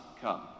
come